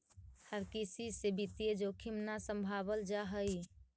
हर किसी से वित्तीय जोखिम न सम्भावल जा हई